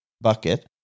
bucket